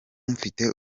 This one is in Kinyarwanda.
mfite